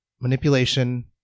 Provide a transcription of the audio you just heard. manipulation